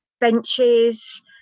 benches